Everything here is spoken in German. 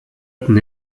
selten